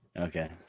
Okay